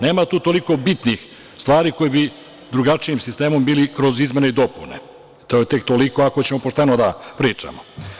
Nema tu toliko bitnih stvari koje bi drugačijim sistemom bili kroz izmene i dopune, to je tek toliko, ako ćemo pošteno da pričamo.